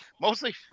Mostly